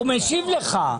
הוא משיב לך.